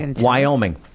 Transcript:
Wyoming